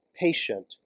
patient